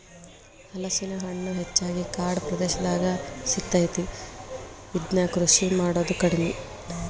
ಹಲಸಿನ ಹಣ್ಣು ಹೆಚ್ಚಾಗಿ ಕಾಡ ಪ್ರದೇಶದಾಗ ಸಿಗತೈತಿ, ಇದ್ನಾ ಕೃಷಿ ಮಾಡುದ ಕಡಿಮಿ